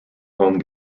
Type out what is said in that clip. home